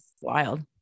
wild